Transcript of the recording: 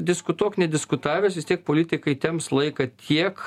diskutuok nediskutavęs vis tiek politikai temps laiką tiek